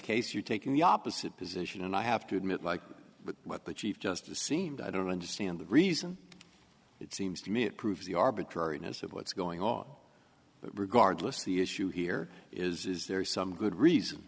case you're taking the opposite position and i have to admit like what the chief justice seemed i don't understand the reason it seems to me it proves the arbitrariness of what's going on but regardless the issue here is is there some good reason